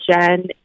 Jen